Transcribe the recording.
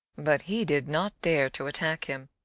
but he did not dare to attack him,